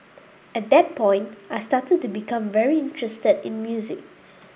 at that point I started to become very interested in music